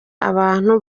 abantu